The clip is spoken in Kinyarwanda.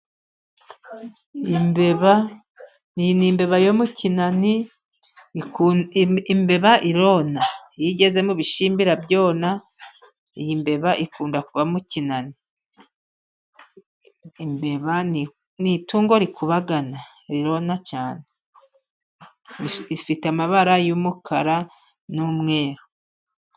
Imbeba, iyi ni imbeba yo mu kinani. Imbeba irona iyo igeze mu bishyimbo irabyona. Iyi mbeba ikunda kuba mu kinani. Imbeba ni itungo rikubagana cyane. Ifite amabara y'umukara n'umweru.